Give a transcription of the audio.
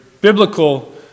biblical